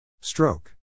Stroke